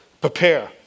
Prepare